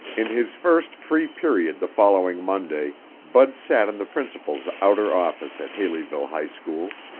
in his first free period the following monday, bud sat in the principal's outer office at haleyville high school.